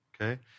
okay